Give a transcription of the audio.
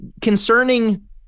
Concerning